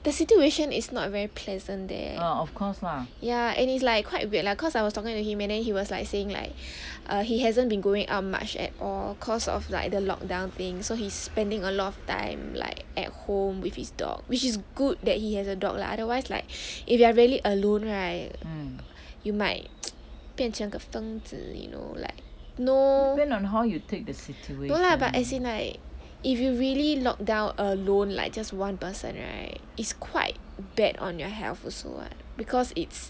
the situation is not very pleasant there ya and it's like quite weird lah cause I was talking to him and then he was like saying like err he hasn't been going up much at all cost of like the lock down being so he's spending a lot of time like at home with his dog which is good that he has a dog lah otherwise like if you are really alone right you might 变成个疯子 you know like no no lah but as in like if you really locked down alone like just one person right is quite bad on your health also [what] because it's